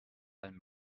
allem